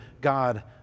God